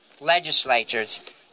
legislatures